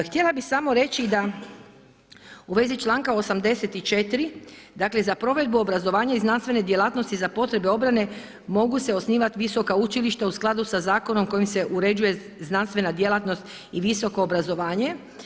Htjela bih samo reći da u vezi članka 84. dakle za provedbu obrazovanja i znanstvene djelatnosti za potrebe obrane mogu se osnivat visoka učilišta u skladu sa zakonom kojim se uređuje znanstvena djelatnost i visoko obrazovanje.